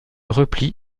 repli